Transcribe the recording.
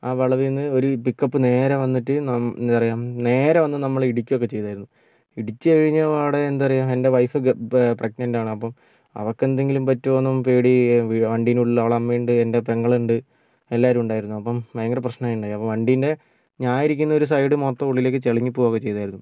ആ വളവിൽ നിന്ന് ഒരു പിക്കപ്പ് നേരെ വന്നിട്ട് നം എന്താ പറയുക നേരെ വന്ന് നമ്മളെ ഇടിയ്ക്കുകയൊക്കെ ചെയ്തായിരുന്നു ഇടിച്ച് കഴിഞ്ഞ പാടെ എന്താ പറയുക എൻ്റെ വൈഫ് പ്രെഗ്നൻറ്റാണ് അപ്പം അവൾക്കെന്തങ്കിലും പറ്റുവോ എന്നും പേടി വണ്ടിയുടെ ഉള്ളില് അവളുടെ അമ്മയുണ്ട് എൻ്റെ പെങ്ങളുണ്ട് എല്ലാവരും ഉണ്ടായിരുന്നു അപ്പം ഭയങ്കര പ്രശ്നം ആയിട്ടുണ്ടായി അപ്പോൾ വണ്ടിയുടെ ഞാനിരിക്കുന്ന ഒരു സൈഡ് മൊത്തം ഉള്ളിലേക്ക് ചളുങ്ങി പോകുവൊക്കെ ചെയ്തായിരുന്നു